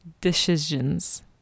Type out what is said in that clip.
decisions